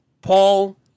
Paul